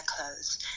clothes